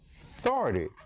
authority